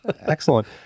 Excellent